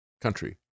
Country